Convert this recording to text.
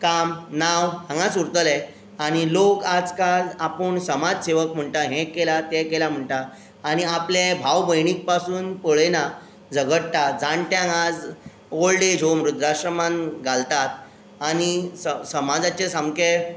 काम नांव हांगाच उरतलें आनी लोक आजकाल आपूण समाज सेवक म्हणटा हें केलां तें केलां म्हणटा आनी आपलें भाव भयणीक पासून पळय ना झगडटात जाण्ट्यांक आज ओल्ड एज होम वृध्दाश्रमान घालतात आनी सम समाजाचें सामकें